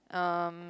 um